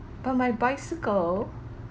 but my bicycle